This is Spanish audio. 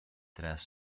tras